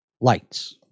lights